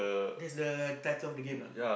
that's the title of the game lah